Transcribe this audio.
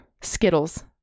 Skittles